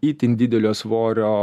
itin didelio svorio